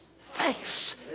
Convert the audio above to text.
face